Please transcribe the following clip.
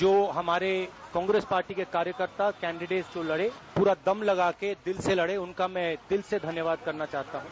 जो हमारे कांग्रेस पार्टी के कार्यकर्ता कैन्डीडेट जो लड़े और पूरा दम लगाकर दिल से लड़े उनको मैं दिल से धन्यवाद करना चाहता हूं